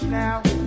now